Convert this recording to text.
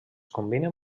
combinen